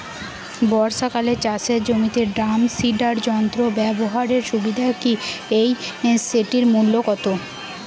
বর্ষাকালে চাষের জমিতে ড্রাম সিডার যন্ত্র ব্যবহারের সুবিধা কী এবং সেটির মূল্য কত?